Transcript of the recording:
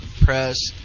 press